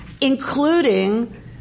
including